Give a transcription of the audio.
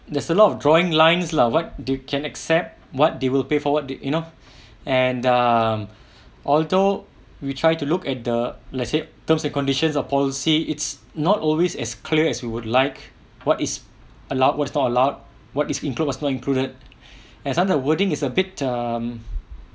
there's a lot of drawing lines lah what they can accept what they will pay forward you know and um although we try to look at the let's say terms and conditions of policy it's not always as clear as we would like what is allowed what is not allowed what is include what's not included as sometime wording is a bit um